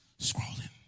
scrolling